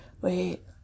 wait